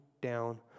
down